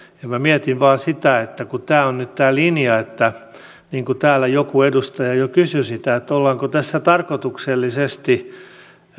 ja minä mietin vain sitä kun tämä on nyt tämä linja niin kuin täällä joku edustaja jo kysyi ollaanko tässä tarkoituksellisesti